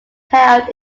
held